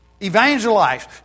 evangelize